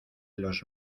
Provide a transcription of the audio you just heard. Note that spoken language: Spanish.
los